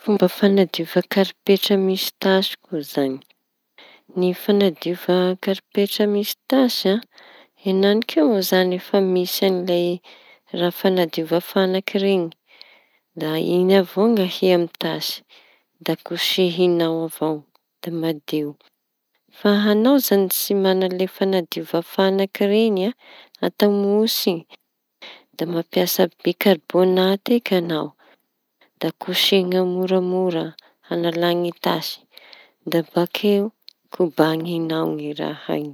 Fomba fanadiova karipetra misy tasy koa zañy. Ny fañadiova karipetra misy tasy an enanik'io moa zañy efa misy an'ilay raha fañadiova fañaky ireñy da iñy avao no ahia amy tasy da kosehiñao avao da madio. Fa añao zañy tsy maña le fa~nadiova fañaky reñy atao mosy iñy. Da mampiasa bikaribônaty eky añao e da kosehiña moramora ny tasy da bakeo kobañinao ny raha iñy.